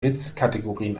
witzkategorien